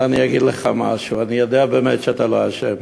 אבל אני אגיד לך משהו: אני יודע באמת שאתה לא אשם.